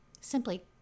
simply